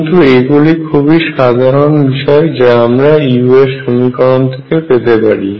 কিন্তু এগুলি খুবই সাধারণ বিষয় যে আমরা u এর সমীকরণ থেকে পেতে পারি